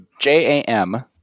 jam